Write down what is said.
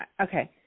Okay